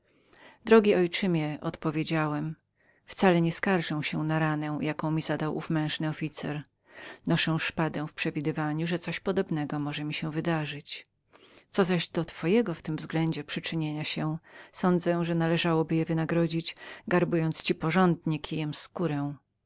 drogi ojczymie odpowiedziałem wcale nie skarżę się na ranę jaką mi zadał mężny officer ja także nosząnoszę szpadę i tylko pod warunkiem że coś podobnego może mi się wydarzyć co zaś do twojego w tym względzie przyczynienia się mniemam że należałoby je wynagrodzić porządnie kijem garbując ci skórę